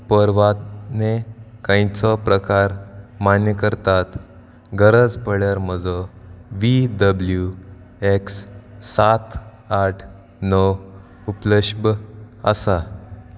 परवानो खंयचो प्रकार मान्य करतात गरज पडल्यार म्हजो वी डब्ल्यू एक्स सात आठ णव उपलब्ध आसा